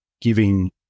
giving